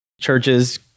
Churches